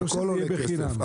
הכל עולה כסף.